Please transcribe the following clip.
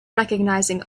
recognizing